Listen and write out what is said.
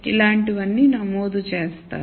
ఇలాంటివన్నీ నమోదు చేస్తారు